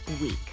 week